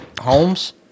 Holmes